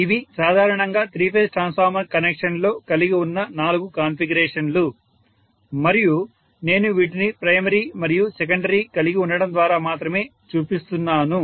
ఇవి సాధారణంగా three phase transformer కనెక్షన్లో కలిగి ఉన్న నాలుగు కాన్ఫిగరేషన్లు మరియు నేను వీటిని ప్రైమరీ మరియు సెకండరీ కలిగి ఉండటం ద్వారా మాత్రమే చూపిస్తున్నాను